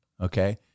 Okay